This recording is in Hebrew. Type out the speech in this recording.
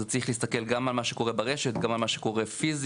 זה צריך להסתכל גם על מה שקורה ברשת וגם על מה שקורה פיזית.